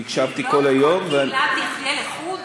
אני הקשבתי כל היום, לא כל קהילה תחיה לחוד?